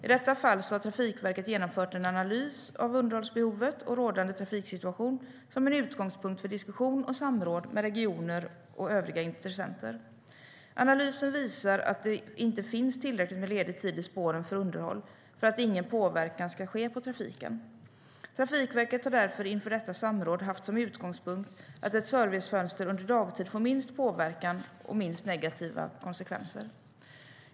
I detta fall har Trafikverket genomfört en analys av underhållsbehovet och rådande trafiksituation som en utgångspunkt för diskussion och samråd med regioner och övriga intressenter. Analysen visar att det inte finns tillräckligt med ledig tid i spåren för underhåll för att ingen påverkan ska ske på trafiken. Trafikverket har därför inför detta samråd haft som utgångspunkt att ett servicefönster under dagtid får minst påverkan och minst negativa konsekvenser.